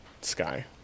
Sky